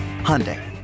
Hyundai